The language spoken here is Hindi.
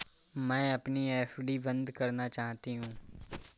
मैं अपनी एफ.डी बंद करना चाहती हूँ